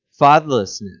fatherlessness